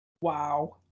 Wow